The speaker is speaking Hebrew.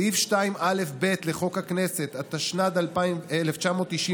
סעיף 2א(ב) לחוק הכנסת, התשנ"ד 1994,